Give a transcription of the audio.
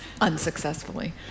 unsuccessfully